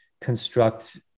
construct